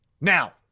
Now